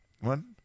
One